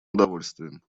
удовольствием